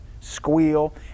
squeal